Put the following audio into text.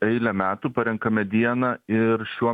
eilę metų parenkame dieną ir šiuo